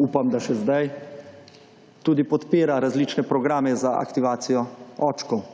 upam, da še zdaj, tudi podpira različne programe za aktivacijo očkov.